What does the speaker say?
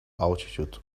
altitude